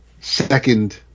second